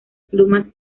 plumas